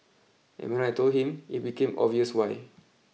and when I told him it became obvious why